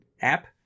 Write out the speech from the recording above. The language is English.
app